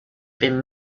been